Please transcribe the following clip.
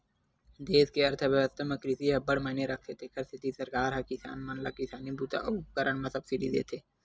देस के अर्थबेवस्था म कृषि ह अब्बड़ मायने राखथे तेखर सेती सरकार ह किसान मन ल किसानी बूता अउ उपकरन म सब्सिडी देथे